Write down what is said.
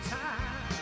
time